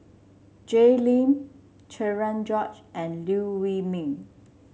Jay Lim Cherian George and Liew Wee Mee